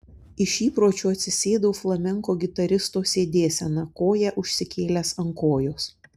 iš įpročio atsisėdau flamenko gitaristo sėdėsena koją užsikėlęs ant kojos